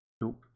Nope